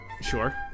Sure